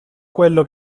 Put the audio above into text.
quello